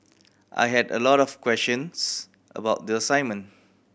I had a lot of questions about the assignment